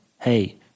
Hey